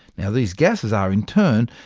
yeah these gases are, in turn,